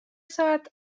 ساعت